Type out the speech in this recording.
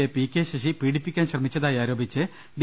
A P K Sasi പീഡിപ്പിക്കാൻ ശ്രമി ച്ചതായി ആരോപിച്ച് ഡി